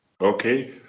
Okay